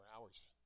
hours